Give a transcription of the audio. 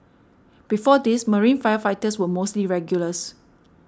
before this marine firefighters were mostly regulars